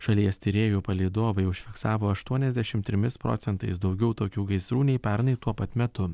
šalies tyrėjų palydovai užfiksavo aštuoniasdešim trimis procentais daugiau tokių gaisrų nei pernai tuo pat metu